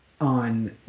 on